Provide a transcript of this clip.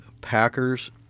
packers